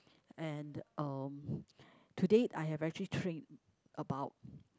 and um today I have actually trained about